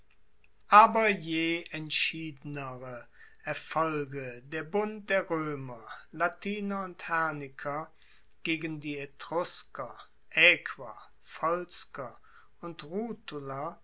aber je entschiedenere erfolge der bund der roemer latiner und herniker gegen die etrusker aequer volsker und